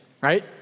Right